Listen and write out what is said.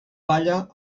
balla